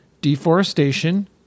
deforestation